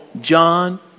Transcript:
John